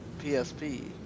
PSP